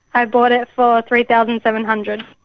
i bought it for three thousand seven hundred